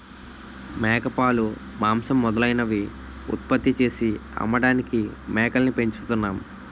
మేకపాలు, మాంసం మొదలైనవి ఉత్పత్తి చేసి అమ్మడానికి మేకల్ని పెంచుతున్నాం